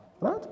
right